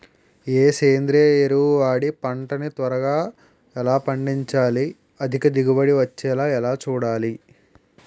ఏ సేంద్రీయ ఎరువు వాడి పంట ని త్వరగా ఎలా పండించాలి? అధిక దిగుబడి వచ్చేలా ఎలా చూడాలి?